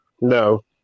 No